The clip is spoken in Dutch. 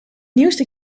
nieuwste